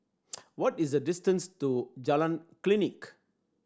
what is the distance to Jalan Klinik